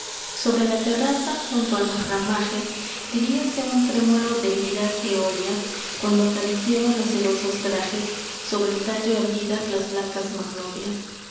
sobre la terraza junto a los ramajes diríase un trémolo de liras eolias cuando acariciaban los sedosos trajes sobre el tallo erguidas las blancas magnolias